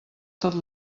tot